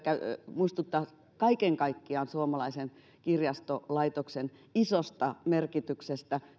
muistuttaa kaiken kaikkiaan suomalaisen kirjastolaitoksen isosta merkityksestä